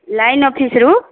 line ଅଫିସ୍ରୁ